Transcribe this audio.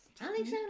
Alexander